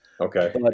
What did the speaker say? Okay